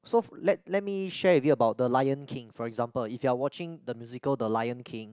so f~ let let me share with you about the Lion King for example if you are watching the musical the Lion King